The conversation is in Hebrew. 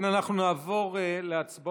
אם כן, אנחנו נעבור להצבעות,